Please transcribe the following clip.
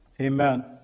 Amen